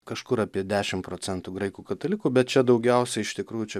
kažkur apie dešim procentų graikų katalikų bet čia daugiausiai iš tikrųjų čia